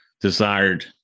desired